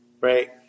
right